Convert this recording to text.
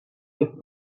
het